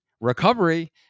recovery